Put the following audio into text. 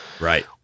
right